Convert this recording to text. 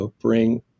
bring